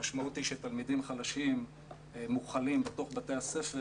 המשמעות היא שתלמידים חלשים מוחלים בתוך בתי הספר